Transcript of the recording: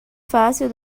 fácil